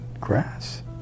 grass